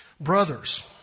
brothers